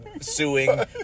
Suing